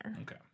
Okay